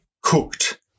cooked